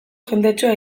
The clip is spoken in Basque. jendetsua